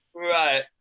Right